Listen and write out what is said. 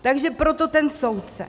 Takže proto ten soudce.